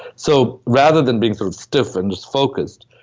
so rather than being sort of stiff and just focused,